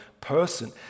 person